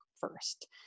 first